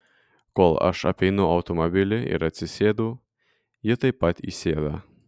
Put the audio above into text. kol aš apeinu automobilį ir atsisėdu ji taip pat įsėda